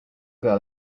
girl